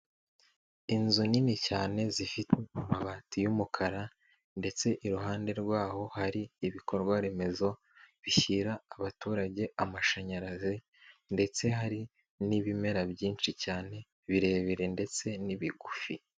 Inzu nini cyane, zifite amabati y'umukara ndetse iruhande rwaho hari ibikorwa remezo, bishyira abaturage amashanyarazi ndetse hari n'ibimera byinshi cyane, birebire ndetse n'ibigufi.